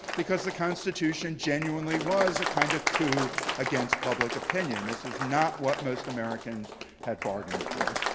because the constitution genuinely was a kind of coup against public opinion. this is not what most americans had bargained for.